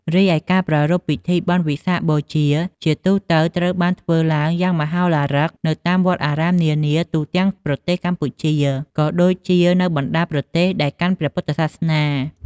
រីឯការប្រារព្ធពិធីបុណ្យវិសាខបូជា ជាទូទៅត្រូវបានធ្វើឡើងយ៉ាងមហោឡារឹកនៅតាមវត្តអារាមនានាទូទាំងប្រទេសកម្ពុជា ក៏ដូចជានៅបណ្ដាប្រទេសដែលកាន់ព្រះពុទ្ធសាសនា។